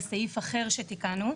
לסעיף אחר שתיקנו.